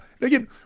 again